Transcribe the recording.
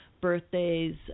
birthdays